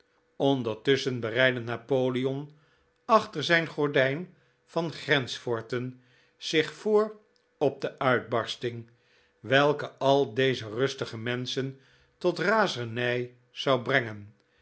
bereidde napoleon achter zijn gordijn van grensforten zich voor op de uitbarsting welke al deze rustige menschen tot razernij zou brengen